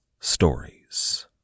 stories